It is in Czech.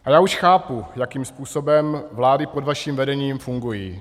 Ale já už chápu, jakým způsobem vlády pod vaším vedením fungují.